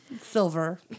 Silver